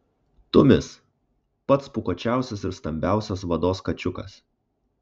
tumis pats pūkuočiausias ir stambiausias vados kačiukas